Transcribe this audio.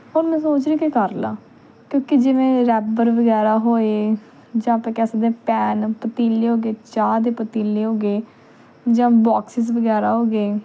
ਹੁਣ ਮੈਂ ਸੋਚ ਰਹੀ ਕਿ ਕਰ ਲਾਂ ਕਿਉਂਕਿ ਜਿਵੇਂ ਲੈਦਰ ਵਗੈਰਾ ਹੋਏ ਜਾਂ ਤਾਂ ਕਹਿ ਸਕਦੇ ਹਾਂ ਪੈਨ ਪਤੀਲੇ ਹੋ ਗਏ ਚਾਹ ਦੇ ਪਤੀਲੇ ਹੋ ਗਏ ਜਾਂ ਬੋਕਸਿਸ ਵਗੈਰਾ ਹੋ ਗਏ